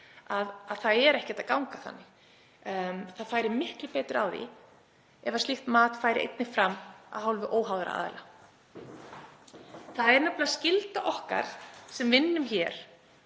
að það er ekkert að ganga þannig. Það færi miklu betur á því ef slíkt mat færi einnig fram af hálfu óháðra aðila. Það er nefnilega skylda okkar sem vinnum hér